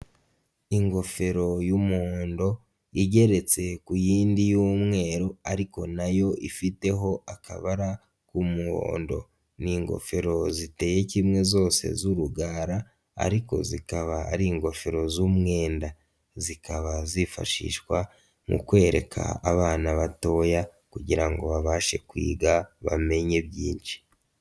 Ingofero y'umuhondo igeretse ku yindi y'umweru ariko nayo ifiteho akabara k'umuhondo. Ni ingofero ziteye kimwe zose z'urugara ariko zikaba ari ingofero z'umwenda, zikaba zifashishwa mu kwereka abana batoya kugira ngo babashe kwiga bamenye byinshi.